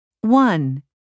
one